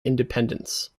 independence